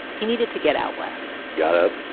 he needed to get out west got up,